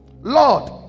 Lord